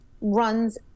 runs